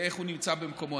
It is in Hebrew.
ואיך הוא נמצא במקומו.